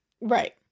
Right